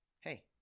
hey